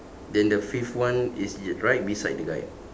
then the fifth one is y~ right beside the guy